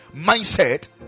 mindset